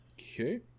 Okay